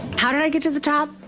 how did i get to the top?